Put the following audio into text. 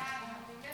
להעביר